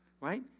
right